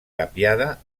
tapiada